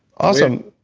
awesome.